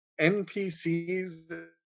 NPCs